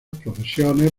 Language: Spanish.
procesiones